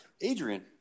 Adrian